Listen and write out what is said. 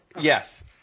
Yes